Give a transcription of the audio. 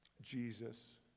Jesus